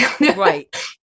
Right